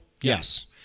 Yes